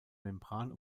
membran